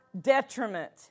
detriment